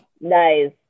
Nice